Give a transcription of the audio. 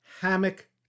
hammock